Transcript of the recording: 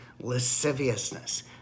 Lasciviousness